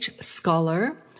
scholar